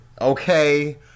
Okay